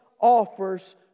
offers